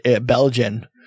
Belgian